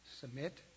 submit